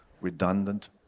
redundant